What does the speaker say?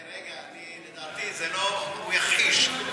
לדעתי הוא יכחיש.